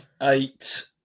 Eight